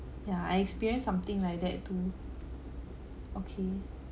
yeah I experience something like that too okay